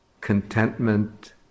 contentment